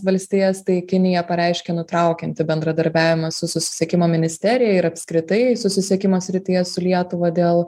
valstijas tai kinija pareiškė nutraukianti bendradarbiavimą su susisiekimo ministerija ir apskritai susisiekimo srityje su lietuva dėl